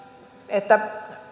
että